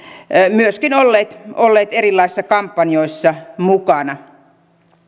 myöskin olleet olleet erilaisissa kampanjoissa mukana